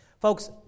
Folks